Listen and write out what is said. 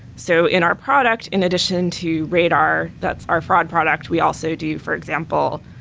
so in our product, in addition to radar, that's our fraud product, we also do, for example,